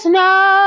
no